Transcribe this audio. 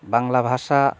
বাংলা ভাষা